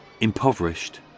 impoverished